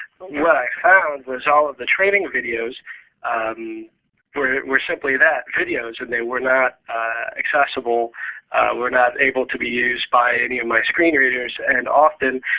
what i found was all of the training videos were were simply that videos. and they were not accessible were not able to be used by any of my screen readers. and often,